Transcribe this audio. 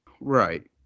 Right